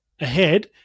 ahead